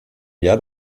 jahr